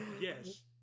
Yes